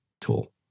tool